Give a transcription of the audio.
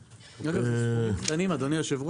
אגב זה סכומים קטנים, אדוני היושב ראש.